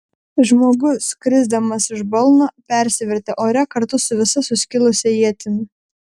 žmogus krisdamas iš balno persivertė ore kartu su visa suskilusia ietimi